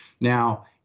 Now